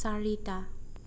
চাৰিটা